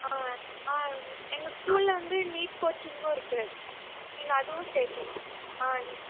ஆ ஆ எங்கள் ஸ்கூலில் வந்து நீட் கோச்சிங்கும் இருக்குது நீங்கள் அதுவும் சேர்க்றிங் ஆ நீட்